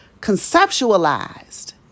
conceptualized